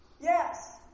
Yes